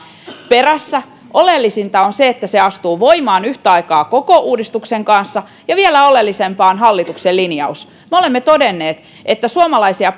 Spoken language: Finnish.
perässä oleellista on se että se astuu voimaan yhtä aikaa koko uudistuksen kanssa ja vielä oleellisempaa on hallituksen linjaus me olemme todenneet että suomalaisia